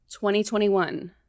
2021